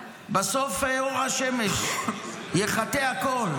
בסוף אור השמש יחטא הכול.